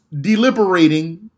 deliberating